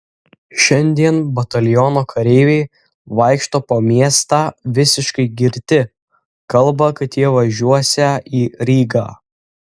šiandien bataliono kareiviai vaikšto po miestą visiškai girti kalba kad jie važiuosią į rygą